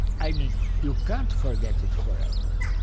i mean, you can't forget it forever,